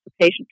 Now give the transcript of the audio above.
patient